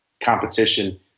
competition